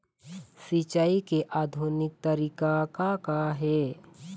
सिचाई के आधुनिक तरीका का का हे?